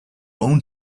own